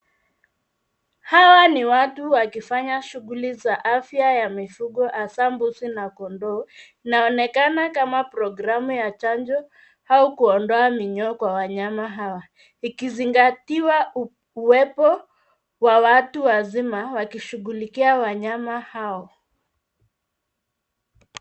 Hawa ni watu wakifanya shughuli za afya ya mifugo hasa mbuzi na kondoo. Inaonekana kama programu ya chanjo, au kuondoa minyoo kwa wanyama hawa. Ikizingatiwa uwepo wa watu wazima wakishughulikia wanyama hao.